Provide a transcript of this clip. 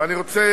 ואני רוצה